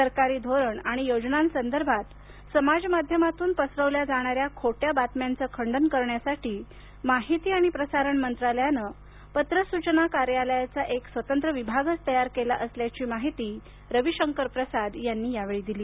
सरकारी धोरण आणि योजनासदर्भात समाज माध्यमातून पसरवल्या जाणाऱ्या खोट्या बातम्याचं खंडन करण्यासाठी माहिती आणि प्रसारण मंत्रालयानं पत्र सूचना कार्यालयाचा एक स्वतंत्र विभागच तयार केला असल्याची माहिती रविशंकर प्रसाद यांनी यावेळी दिली